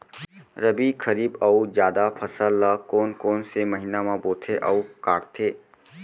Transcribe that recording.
रबि, खरीफ अऊ जादा फसल ल कोन कोन से महीना म बोथे अऊ काटते?